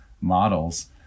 models